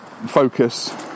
focus